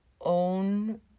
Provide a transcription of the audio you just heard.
own